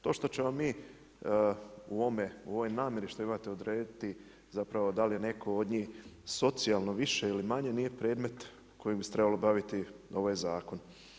To što ćemo mi u ovoj namjeri što imate odrediti da li je netko od njih socijalno više ili manje, nije predmet kojim bi se trebao baviti ovaj zakon.